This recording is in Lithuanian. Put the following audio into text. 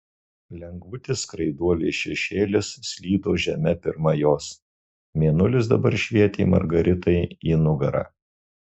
lengvutis skraiduolės šešėlis slydo žeme pirma jos mėnulis dabar švietė margaritai į nugarą